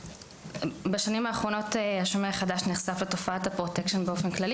בשנים האחרונות ׳השומר החדש׳ נחשף לתופעת ה- Protection באופן כללי.